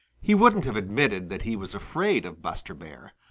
he wouldn't have admitted that he was afraid of buster bear.